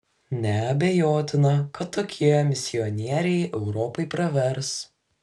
neabejotina kad tokie misionieriai europai pravers